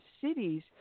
cities